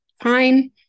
Fine